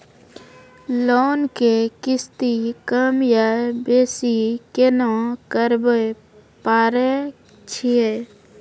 Loan के किस्ती कम या बेसी केना करबै पारे छियै?